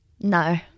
No